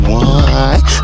one